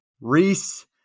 Reese